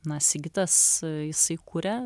na sigitas jisai kuria